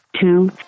two